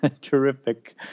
Terrific